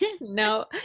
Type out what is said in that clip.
No